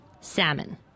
Salmon